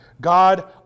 God